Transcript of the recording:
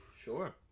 Sure